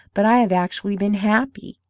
but i have actually been happy.